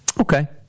okay